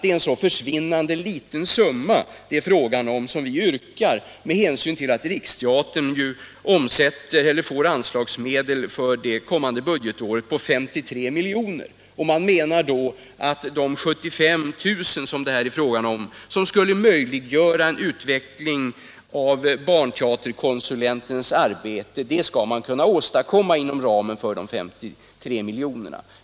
Det är ett så försvinnande litet belopp vi begärt, med hänsyn till att Riksteatern för kommande budgetår får ett anslag på 53 miljoner, att man menat att de 75 000 kronorna för en utveckling av barnteaterkonsulentens arbete bör kunna tas fram inom ramen för de 53 miljonerna.